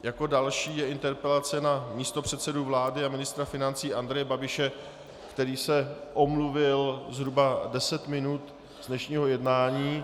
Jako další je interpelace na místopředsedu vlády a ministra financí Andreje Babiše, který se omluvil zhruba na 10 minut z dnešního jednání.